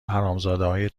حرامزادههای